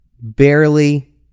barely